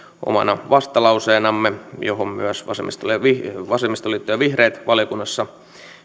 omana vastalauseenamme johon myös vasemmistoliitto ja vihreät valiokunnassa